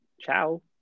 Ciao